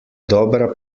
dobra